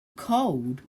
cold